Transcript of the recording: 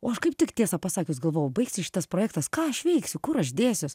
o aš kaip tik tiesą pasakius galvojau baigsis šitas projektas ką aš veiksiu kur aš dėsiuos